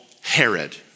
Herod